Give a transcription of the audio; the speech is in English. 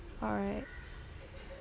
alright